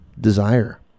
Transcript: desire